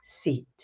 seat